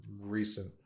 recent